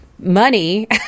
Money